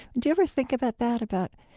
do you ever think about that, about